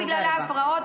רק בגלל ההפרעות,